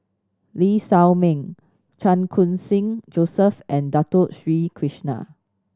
Lee Shao Meng Chan Khun Sing Joseph and Dato Sri Krishna